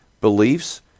beliefs